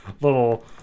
little